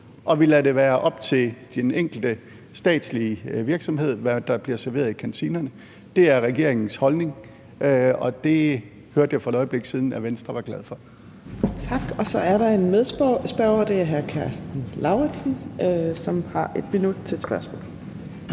og vi lader det være op til den enkelte statslige virksomhed, hvad der bliver serveret i kantinerne. Det er regeringens holdning, og det hørte jeg for et øjeblik siden Venstre var glad for. Kl. 15:04 Fjerde næstformand (Trine Torp): Tak. Så er der en medspørger, og det er hr. Karsten Lauritzen, som har 1 minut til at stille spørgsmål.